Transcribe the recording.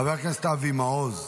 חבר הכנסת אבי מעוז.